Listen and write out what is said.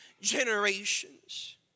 generations